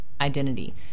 identity